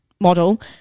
model